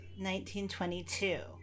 1922